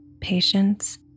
Patience